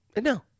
No